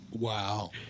Wow